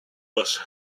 bus